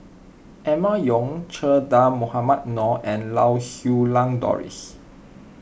Emma Yong Che Dah Mohamed Noor and Lau Siew Lang Doris